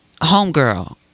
homegirl